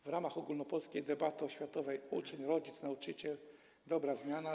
W ramach ogólnopolskiej debaty oświatowej „Uczeń. Rodzic. Nauczyciel - Dobra Zmiana”